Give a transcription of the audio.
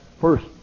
first